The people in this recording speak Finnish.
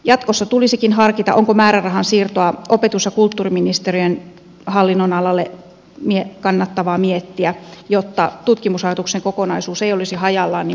jatkossa tulisikin harkita onko määrärahan siirtoa opetus ja kulttuuriministeriön hallinnonalalle kannattavaa miettiä jotta tutkimusrahoituksen kokonaisuus ei olisi hajallaan niin monessa paikassa